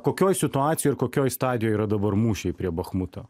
kokioj situacijoj kokioj stadijoj yra dabar mūšiai prie bachmuto